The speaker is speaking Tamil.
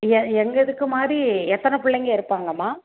எ எங்கள் இதுக்கு மாதிரி எத்தனை பிள்ளைங்க இருப்பாங்கம்மா